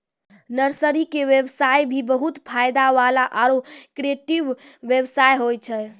nursery के व्यवसाय भी बहुत फायदा वाला आरो क्रियेटिव व्यवसाय होय छै